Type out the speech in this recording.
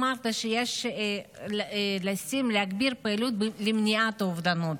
אמרת שיש להגביר פעילות למניעת אובדנות